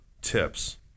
tips